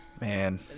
Man